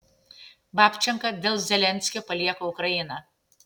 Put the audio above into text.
babčenka dėl zelenskio palieka ukrainą